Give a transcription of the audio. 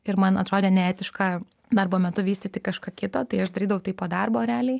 ir man atrodė neetiška darbo metu vystyti kažką kito tai aš darydavau tai po darbo realiai